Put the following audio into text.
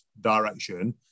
direction